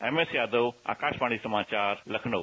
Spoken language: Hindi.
एमएस यादव आकाशवाणी समाचार लखनऊ